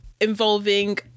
involving